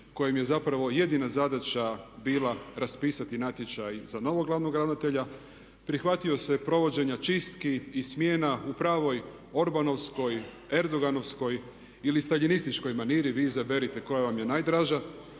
kojem je zapravo jedina zadaća bila raspisati natječaj za novog glavnog ravnatelja prihvatio se provođenja čistki i smjena u pravoj orbanovskoj, erdoganovskoj ili staljinističkoj maniri, vi izaberite koja vam je najdraža,